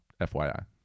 FYI